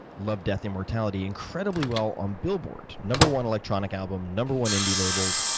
love, death, immortality, incredibly well on billboard. no. one electronic album, no. one indie labels,